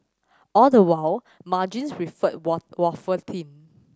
all the while margins refer wafer thin